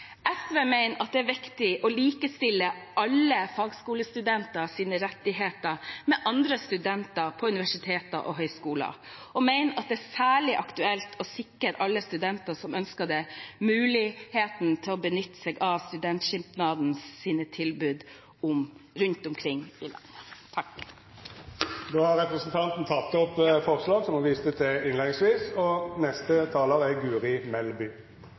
SV mener det er viktig å likestille alle fagskolestudenters rettigheter med det studenter på andre universiteter og høyskoler har, og mener det er særlig aktuelt å sikre alle studenter som ønsker det, muligheten til å benytte seg av studentsamskipnadenes tilbud rundt omkring i landet. Jeg tar herved opp SVs forslag. Representanten Mona Fagerås har teke opp det forslaget ho refererte til. For å møte framtidens utfordringer og